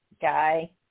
guy